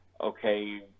okay